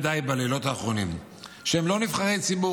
בלילות האחרונים והם לא נבחרי ציבור,